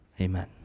Amen